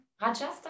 Rajasthan